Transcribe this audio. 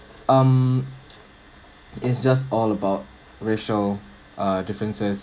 um it's just all about racial uh differences